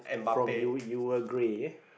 from u~ Uruguay